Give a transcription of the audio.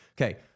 Okay